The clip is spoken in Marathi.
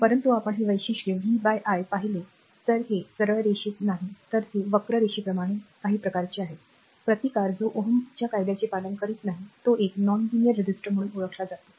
परंतु आपण हे वैशिष्ट्य v by i पाहिले तर हे सरळ रेषेत नाही तर हे वक्र रेषाप्रमाणे काही प्रकारचे आहे प्रतिकार जो Ω च्या कायद्याचे पालन करत नाही तो एक रेषात्मक प्रतिरोधक म्हणून ओळखला जातो